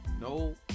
no